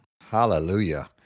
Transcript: Hallelujah